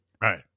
Right